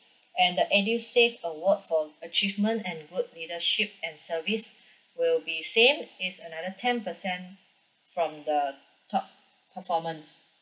and the edusave award for achievement and good leadership and service will be same it's another ten percent from the top performance